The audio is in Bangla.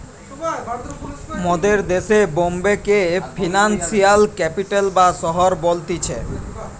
মোদের দেশে বোম্বে কে ফিনান্সিয়াল ক্যাপিটাল বা শহর বলতিছে